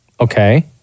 Okay